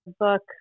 book